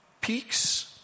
peaks